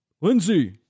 Lindsay